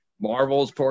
Marvel's